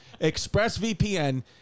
ExpressVPN